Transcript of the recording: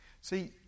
See